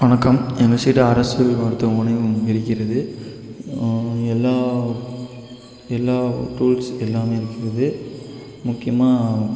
வணக்கம் எங்கள் சைடு அரசு மருத்துவமனையும் இருக்கிறது எல்லா எல்லா டூல்ஸ் எல்லாமே இருக்கிறது முக்கியமாக